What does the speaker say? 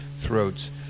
Throats